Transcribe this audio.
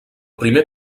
primer